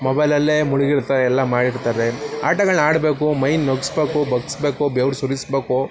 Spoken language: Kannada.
ಮೊಬೈಲಲ್ಲೇ ಮುಳುಗಿರ್ತಾರೆ ಎಲ್ಲ ಮಾಡಿರ್ತಾರೆ ಆಟಗಳನ್ನ ಆಡಬೇಕು ಮೈನ್ ನಗಿಸ್ಬೇಕು ಬಗ್ಗಿಸ್ಬೇಕು ಬೆವ್ರು ಸುರಿಸಬೇಕು